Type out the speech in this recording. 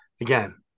again